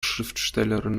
schriftstellerin